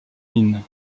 mine